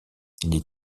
les